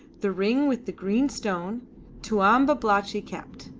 the ring with the green stone tuan babalatchi kept.